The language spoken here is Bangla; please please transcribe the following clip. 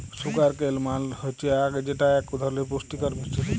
সুগার কেল মাল হচ্যে আখ যেটা এক ধরলের পুষ্টিকর মিষ্টি শস্য